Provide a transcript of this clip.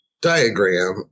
diagram